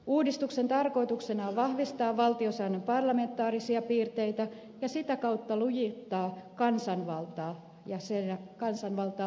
uudistuksen tarkoituksena on vahvistaa valtiosäännön parlamentaarisia piirteitä ja sitä kautta lujittaa kansanvaltaa hallitusjärjestelmässä